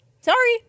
sorry